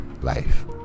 Life